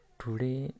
today